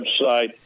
website